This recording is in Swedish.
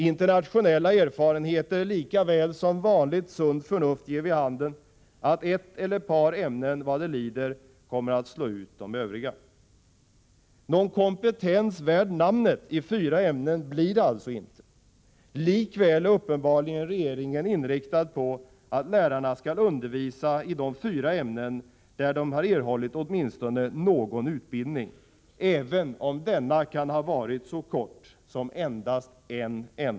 Internationella erfarenheter — lika väl som vanligt sunt förnuft — ger vid handen att ett eller ett par ämnen vad det lider kommer att slå ut de övriga. Någon kompetens värd namnet i fyra ämnen blir det alltså inte. Likväl är regeringen uppenbarligen inriktad på att lärarna skall undervisa i de fyra ämnen där de har erhållit åtminstone någon utbildning — även om denna kan ha varit så kort som endast en enda termin.